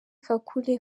kakule